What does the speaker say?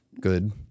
good